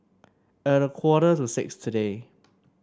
at a quarter to six today